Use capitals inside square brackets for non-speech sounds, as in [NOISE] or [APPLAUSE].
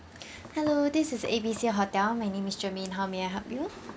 [BREATH] hello this is A B C hotel my name is germaine how may I help you